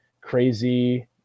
crazy